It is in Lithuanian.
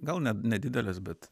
gal net nedideles bet